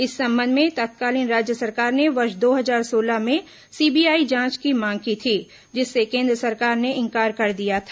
इस संबंध में तत्कालीन राज्य सरकार ने वर्ष दो हजार सोलह में सीबीआई जांच की मांग की थी जिससे केन्द्र सरकार ने इंकार कर दिया था